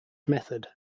method